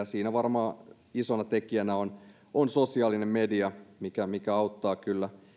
siinä varmaan isona tekijänä on on sosiaalinen media mikä mikä auttaa kyllä